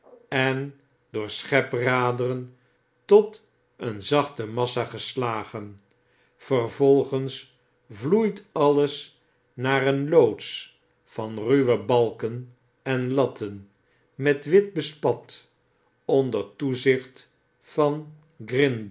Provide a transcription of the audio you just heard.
en door schepraderen tot een zachte massa gestagen vervolgens vloeit alles naar een loods van ruwe balken en latten met wit bespat onder toezicht van